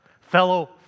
fellow